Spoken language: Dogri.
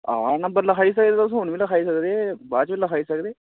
हां नम्बर लखाई सकदे तुस हून बी लखाई सकदे तुस ते बाद च बी लखाई सकदे